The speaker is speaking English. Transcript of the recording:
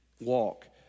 walk